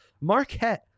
Marquette